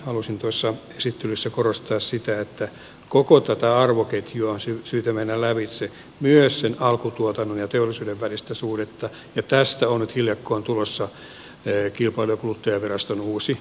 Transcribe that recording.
halusin tuossa esittelyssä korostaa sitä että koko tätä arvoketjua on syytä mennä lävitse myös sen alkutuotannon ja teollisuuden välistä suhdetta ja tästä on nyt hiljakkoin tulossa kilpailu ja kuluttajaviraston uusi selvitys